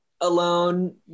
alone